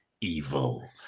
evil